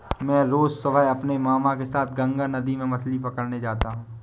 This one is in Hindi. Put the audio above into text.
मैं रोज सुबह अपने मामा के साथ गंगा नदी में मछली पकड़ने जाता हूं